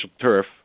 turf